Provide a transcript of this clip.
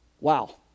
Wow